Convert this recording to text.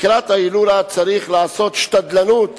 לקראת ההילולה, צריך לעשות שתדלנות